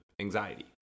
anxiety